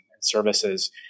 services